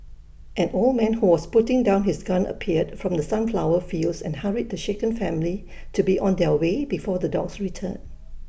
an old man who was putting down his gun appeared from the sunflower fields and hurried the shaken family to be on their way before the dogs return